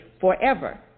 forever